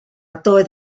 doedd